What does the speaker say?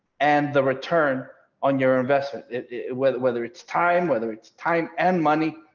and the return on your investment it whether whether it's time, whether it's time and money,